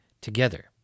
together